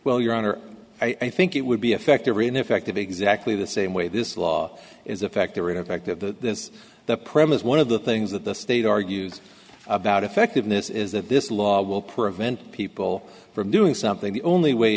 well your honor i think it would be effective or ineffective exactly the same way this law is a factor in effect that the premise one of the things that the state argues about effectiveness is that this law will prevent people from doing something the only way